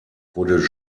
wurde